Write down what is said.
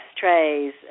trays